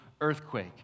earthquake